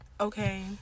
Okay